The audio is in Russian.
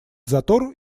затор